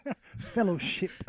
fellowship